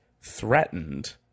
threatened